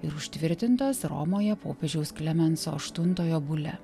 ir užtvirtintas romoje popiežiaus klemenso aštuntojo bule